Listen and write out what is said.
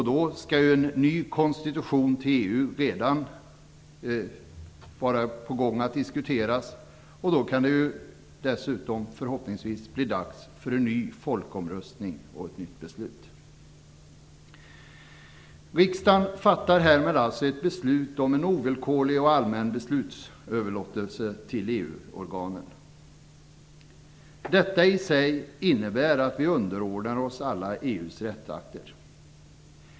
Då skall en ny konstitution för EU redan diskuteras, och då kan det dessutom - förhoppningsvis - vara dags för en ny folkomröstning och ett nytt beslut. Riksdagen fattar härmed alltså ett beslut om en ovillkorlig och allmän beslutsöverlåtelse till EU organen. Detta i sig innebär att vi underordnar oss alla EU:s rättsakter.